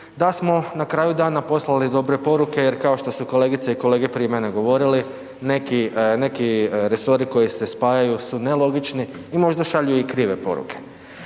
da smo na kraju dana poslali dobre poruke jer kao što su kolegice i kolege prije mene govorili, neki resori koji se spajaju su nelogični i možda šalju krive poruke.